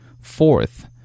Fourth